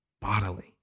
bodily